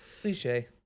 cliche